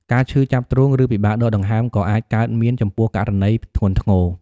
ការឈឺចាប់ទ្រូង ឬពិបាកដកដង្ហើមក៏អាចកើតមានចំពោះករណីធ្ងន់ធ្ងរ។